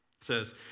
says